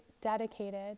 dedicated